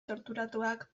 torturatuak